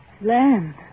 Land